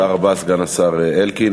תודה רבה, סגן השר אלקין.